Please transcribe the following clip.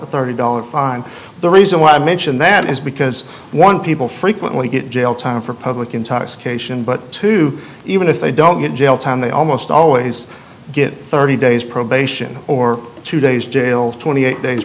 a thirty dollars fine the reason why i mention that is because one people frequently get jail time for public intoxication but two even if they don't get jail time they almost always get thirty days probation or two days jail twenty eight days